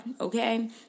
okay